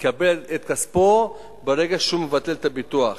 יקבל את כספו ברגע שהוא מבטל את הביטוח.